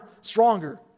stronger